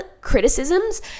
criticisms